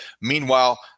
Meanwhile